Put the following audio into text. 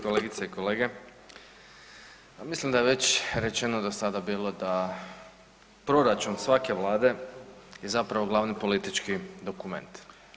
Kolegice i kolege, mislim da je već rečeno do sada bilo da proračun svake vlade je zapravo glavni politički dokument.